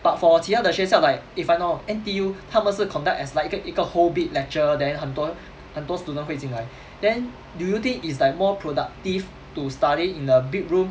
but for 其他的学校 like if I'm not wrong N_T_U 他们是 conduct as like 一个一个 whole big lecture then 很多很多 student 会进来 then do you think it's like more productive to study in a big room